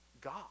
God